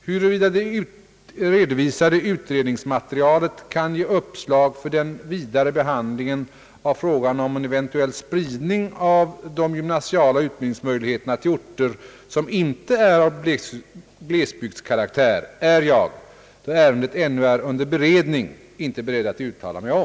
Huruvida det redovisade utredningsmaterialet kan ge uppslag för den vidare behandlingen av frågan om en eventuell spridning av de gymnasiala utbildningsmöjligheterna till orter som inte är av glesbygdskaraktär är jag — då ärendet ännu är under beredning — inte beredd att uttala mig om.